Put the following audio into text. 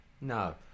No